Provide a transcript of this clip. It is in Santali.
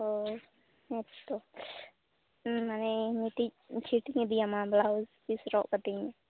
ᱚᱸᱻ ᱦᱮᱸ ᱛᱚ ᱢᱟᱱᱮ ᱢᱤᱫᱴᱤᱡ ᱪᱷᱤᱴ ᱤᱧ ᱤᱫᱤ ᱟᱢᱟ ᱵᱮᱞᱟᱣᱩᱡᱽ ᱯᱤᱥ ᱨᱚᱜ ᱠᱟᱹᱛᱤᱧ ᱢᱮ